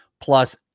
Plus